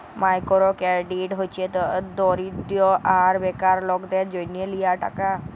micro credit হছে দরিদ্য আর বেকার লকদের জ্যনহ লিয়া টাকা